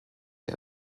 der